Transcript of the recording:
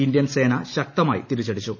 Indian സേന ശക്തമായി തിരിച്ചടിച്ചു